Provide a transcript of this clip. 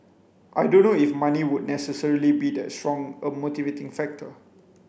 I don't know if money would necessarily be that strong a motivating factor